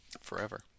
Forever